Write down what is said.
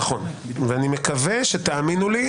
תאמינו לי,